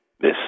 Miss